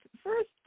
first